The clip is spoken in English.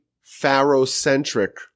Pharaoh-centric